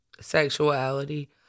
sexuality